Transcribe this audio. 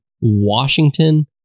Washington